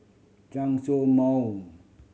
Chen Show Mao